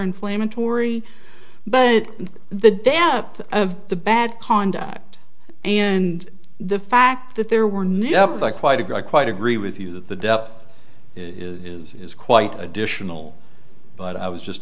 inflammatory but the depth of the bad conduct and the fact that there were no yep i quite agree i quite agree with you that the depth is is quite additional but i was just